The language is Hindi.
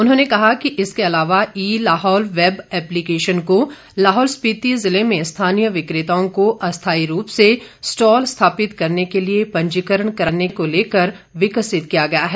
उन्होंने कहा कि इसके अलावा ई लाहौल वैब ऐप्लीकेशन को लाहौल स्पीति जिले में स्थानीय विकृताओं को अस्थाई रूप से स्टॉल स्थापित करने के लिए पंजीकरण कराने को लेकर विकसित किया गया है